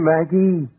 Maggie